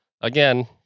again